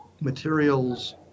materials